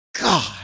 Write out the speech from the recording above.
God